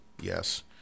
Yes